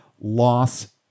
loss